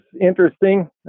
interesting